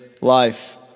life